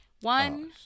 One